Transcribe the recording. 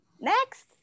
Next